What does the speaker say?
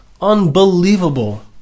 unbelievable